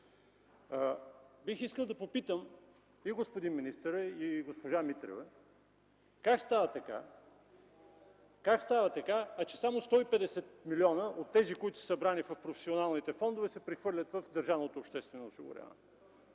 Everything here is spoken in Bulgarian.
Бих искал да попитам и господин министъра, и госпожа Митрева: как става така, че само 150 милиона от тези, които са събрани в професионалните фондове, се прехвърлят в държавното обществено осигуряване?